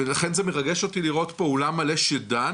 לכן זה מרגש אותי לראות פה אולם מלא שדן